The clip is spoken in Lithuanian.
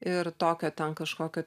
ir tokio ten kažkokio